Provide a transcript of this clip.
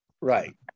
Right